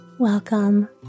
Welcome